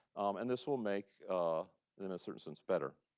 and this will make, in a certain sense, better.